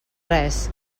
res